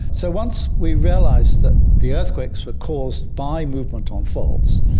so once we realised that the earthquakes were caused by movement on faults,